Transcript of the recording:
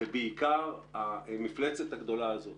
ובעיקר, המפלצת הגדולה הזאת